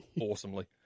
awesomely